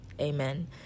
amen